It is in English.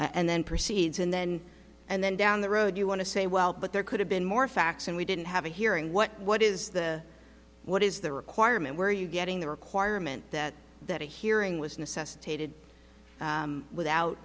and then proceeds and then and then down the road you want to say well but there could have been more facts and we didn't have a hearing what what is the what is the requirement were you getting the requirement that that a hearing was necessitated without